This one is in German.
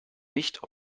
nicht